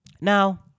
Now